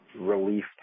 relief